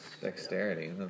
Dexterity